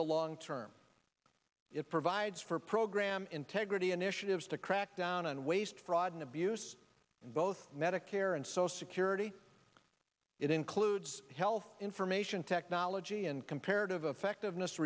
the long term it provides for program integrity initiatives to crack down on waste fraud and abuse in both medicare and social security it includes health information technology and comparative effectiveness